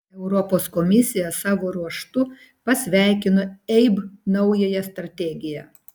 europos komisija savo ruožtu pasveikino eib naująją strategiją